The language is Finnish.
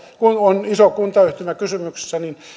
kun on iso kuntayhtymä kysymyksessä niin